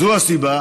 זו הסיבה